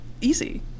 easy